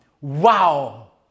wow